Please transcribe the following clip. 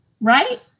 right